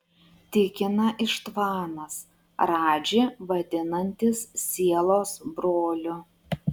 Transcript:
tikina ištvanas radžį vadinantis sielos broliu